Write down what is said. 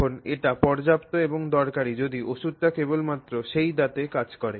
এখন এটি পর্যাপ্ত এবং দরকারী যদি ওষুধটি কেবলমাত্র সেই দাঁতে কাজ করে